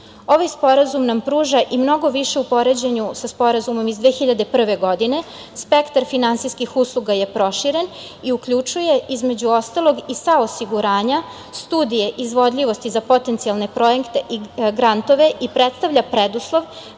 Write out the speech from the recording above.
Sporazum nam pruža i mnogo više u poređenju sa Sporazumom iz 2001. godine. Spektar finansijskih usluga je proširen i uključuje između ostalog i sva osiguranja, studije izvodljivosti za potencijalne projekte i grantove i predstavlja preduslov